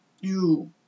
You